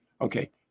Okay